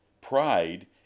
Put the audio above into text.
Pride